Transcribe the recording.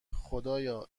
خدایا